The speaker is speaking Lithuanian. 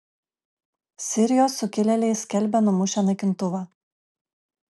sirijos sukilėliai skelbia numušę naikintuvą